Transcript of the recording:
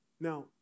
now